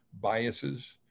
biases